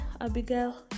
Abigail